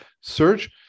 Search